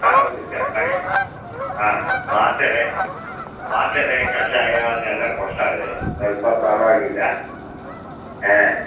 ಹಾಂ ಹೌದು ಸರ್ ಮನೆಯಲ್ಲಿ ಹಾಂ ಮಾತ್ರೆ ಮಾತ್ರೆ ಕಷಾಯ ಅದೆಲ್ಲ ಕೊಡ್ತಾರೆ ಸ್ವಲ್ಪ ಪರವಾಗಿಲ್ಲ ಹಾಂ